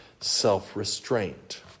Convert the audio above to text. self-restraint